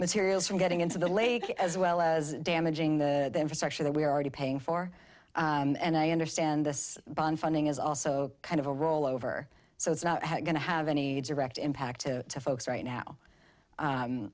materials from getting into the lake as well as damaging the infrastructure that we're already paying for and i understand this bond funding is also kind of a rollover so it's not going to have any direct impact to folks right now